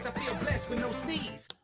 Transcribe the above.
so feel blessed with no seas